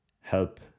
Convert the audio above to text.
help